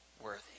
worthy